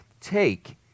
take